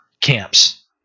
Camps